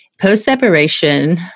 post-separation